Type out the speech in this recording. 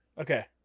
Okay